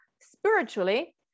spiritually